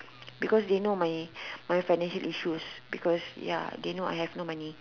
because they know my my financial issues because ya they know I have no money